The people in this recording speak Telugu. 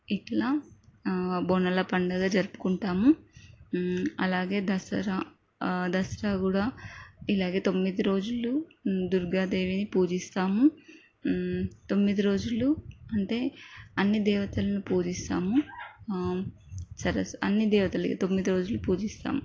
ఇట్లా బోనాల పండగ జరుపుకుంటాము అలాగే దసరా దసరా కూడా ఇలాగే తొమ్మిది రోజులు దుర్గా దేవిని పూజిస్తాం తొమ్మిది రోజులు అంటే అన్నీ దేవతలను పూజిస్తాము సరసు అన్నీ దేవతలకి తొమ్మిది రోజులు పూజిస్తాం